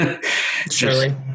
Surely